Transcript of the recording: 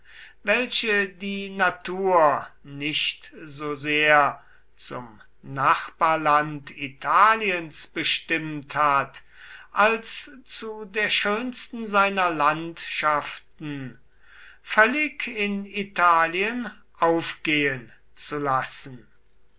welche die natur nicht so sehr zum nachbarland italiens bestimmt hat als zu der schönsten seiner landschaften völlig in italien aufgehen zu lassen